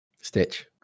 Stitch